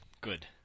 good